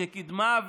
שקידמה,